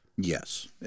Yes